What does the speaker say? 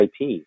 IP